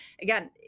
again